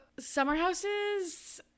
Summerhouses